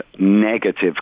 negative